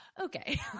Okay